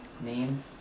names